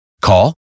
Call